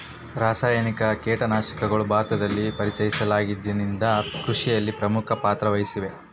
ರಾಸಾಯನಿಕ ಕೇಟನಾಶಕಗಳು ಭಾರತದಲ್ಲಿ ಪರಿಚಯಿಸಿದಾಗಿನಿಂದ ಕೃಷಿಯಲ್ಲಿ ಪ್ರಮುಖ ಪಾತ್ರ ವಹಿಸಿವೆ